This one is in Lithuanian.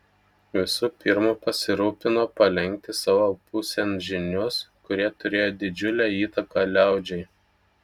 visų pirma pasirūpino palenkti savo pusėn žynius kurie turėjo didžiulę įtaką liaudžiai